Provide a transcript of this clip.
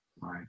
right